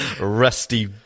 rusty